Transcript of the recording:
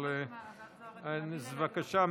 אז בבקשה,